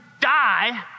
die